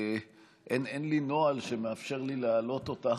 אין לי נוהל שמאפשר לי להעלות אותך,